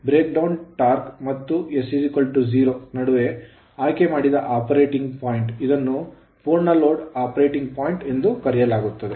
break down torque ಮತ್ತು s0 ನಡುವೆ ಆಯ್ಕೆ ಮಾಡಿದ ಆಪರೇಟಿಂಗ್ ಪಾಯಿಂಟ್ ಇದನ್ನು ಪೂರ್ಣ ಲೋಡ್ ಆಪರೇಟಿಂಗ್ ಪಾಯಿಂಟ್ ಎಂದು ಕರೆಯಲಾಗುತ್ತದೆ